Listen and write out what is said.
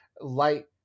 light